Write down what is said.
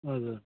हजुर